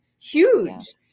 Huge